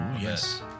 Yes